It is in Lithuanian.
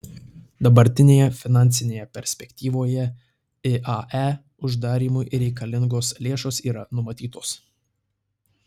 dabartinėje finansinėje perspektyvoje iae uždarymui reikalingos lėšos yra numatytos